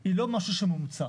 היא לא משהו שמומצא.